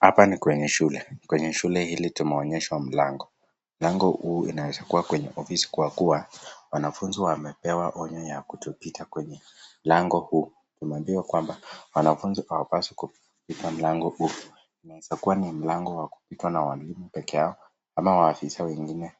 Hapa ni kwenye shule. Kwenye shule hili tumeonyeshwa mlango. Mlango huu inaeza kuwa kwenye ofisi kwa kuwa, wanafunzi wamepewa onyo ya kutopita kwenye mlango huu. Tumeambiwa kwamba, wanafunzi hawapaswi kupita mlango huu. Inaeza kua ni mlango wa kupita wa walimu pekee yao ama maafisa wengine wa